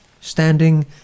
Standing